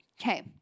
Okay